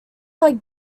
like